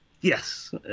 Yes